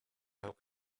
help